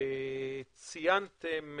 ציינתם